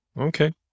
Okay